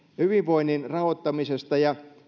hyvinvoinnin rahoittamisesta ja